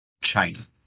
China